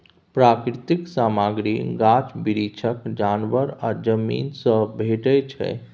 प्राकृतिक सामग्री गाछ बिरीछ, जानबर आ जमीन सँ भेटै छै